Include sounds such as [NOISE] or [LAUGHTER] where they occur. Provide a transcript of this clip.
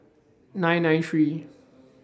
[NOISE] nine nine three